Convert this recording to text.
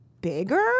bigger